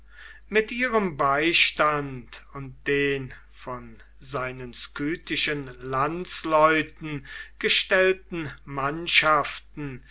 mit ihrem beistand und den von seinen skythischen landsleuten gestellten mannschaften